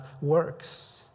works